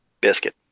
biscuit